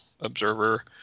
observer